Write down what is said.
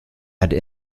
had